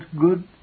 good